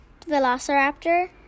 Velociraptor